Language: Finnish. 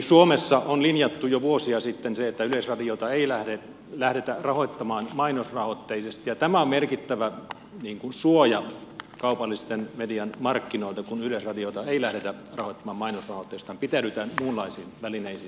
suomessa on linjattu jo vuosia sitten se että yleisradiota ei lähdetä rahoittamaan mainosrahoitteisesti ja tämä on merkittävä suoja kaupallisten medioiden markkinoilla kun yleisradiota ei lähdetä rahoittamaan mainosrahoitteisesti vaan pitäydytään muunlaisiin välineisiin